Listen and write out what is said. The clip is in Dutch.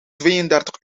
tweeëndertig